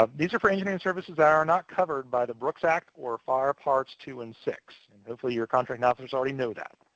ah these are for engineering services that are not covered by the books act or far parts two and six. and hopefully your contracting officers already know that.